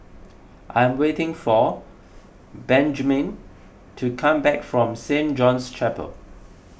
I'm waiting for Benjman to come back from Saint John's Chapel